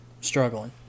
struggling